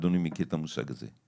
אדוני מכיר את המושג הזה,